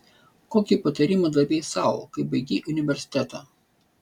kokį patarimą davei sau kai baigei universitetą